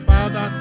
Father